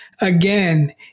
Again